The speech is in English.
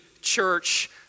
church